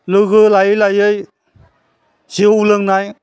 लोगो लायै लायै जौ लोंनाय